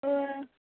ओव